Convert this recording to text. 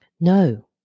No